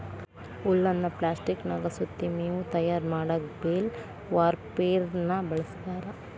ಹುಲ್ಲನ್ನ ಪ್ಲಾಸ್ಟಿಕನ್ಯಾಗ ಸುತ್ತಿ ಮೇವು ತಯಾರ್ ಮಾಡಕ್ ಬೇಲ್ ವಾರ್ಪೆರ್ನ ಬಳಸ್ತಾರ